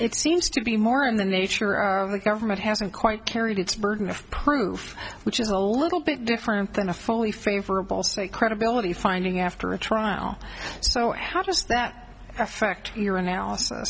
it seems to be more in the nature of the government hasn't quite carried its burden of proof which is a little bit different than a fully favorable state credibility finding after a trial so how does that affect your analysis